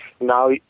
Now